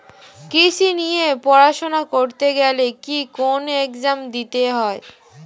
কৃষি নিয়ে পড়াশোনা করতে গেলে কি কোন এগজাম দিতে হয়?